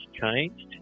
changed